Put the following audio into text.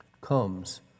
comes